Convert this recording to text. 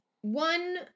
one